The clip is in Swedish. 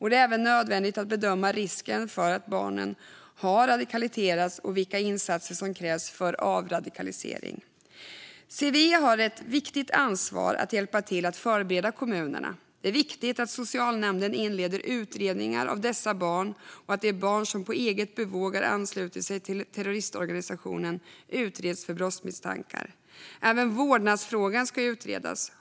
Det är även nödvändigt att bedöma risken för att barnen har radikaliserats och vilka insatser som krävs för avradikalisering. CVE har ett viktigt ansvar att hjälpa till att förbereda kommunerna. Det är viktigt att socialnämnden inleder utredningar av dessa barn och att de barn som på eget bevåg har anslutit sig till terroristorganisationen utreds för brottsmisstankar. Även vårdnadsfrågan ska utredas.